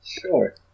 sure